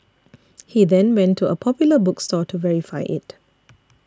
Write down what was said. he then went to a Popular bookstore to verify it